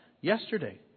yesterday